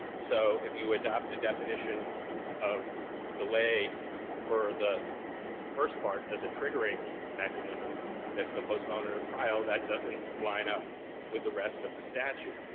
so if you adopt a definition of delay for the first part as a triggering mechanism that's the postponement of trial, that doesn't line up with the rest of the statute.